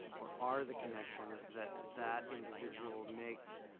or are the connections that that individual makes,